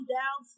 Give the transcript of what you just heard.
down